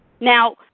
Now